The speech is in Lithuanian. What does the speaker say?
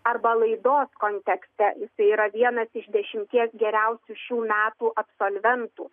arba laidos kontekste jisai yra vienas iš dešimties geriausių šių metų absolventų